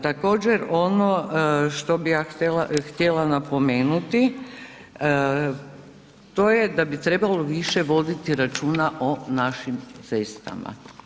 Također ono što bih ja htjela napomenuti to je da bi trebalo više voditi računa o našim cestama.